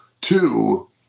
Two